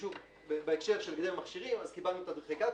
בהקשר של הגדר מכשירים קבלנו תדריכי קרקע